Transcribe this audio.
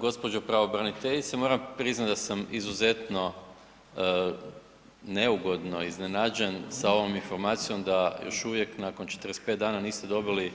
Gđo. pravobraniteljice, moram priznat da sam izuzetno neugodno iznenađen sa ovom informacijom da još uvijek nakon 45 dana niste dobili